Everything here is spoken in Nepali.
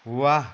वाह